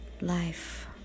life